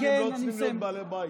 אז אנשים לא צריכים להיות בעלי הבית.